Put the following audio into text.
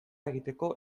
egiteko